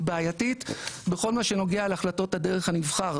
בעייתית בכל מה שנוגע להחלטות הדרג הנבחר,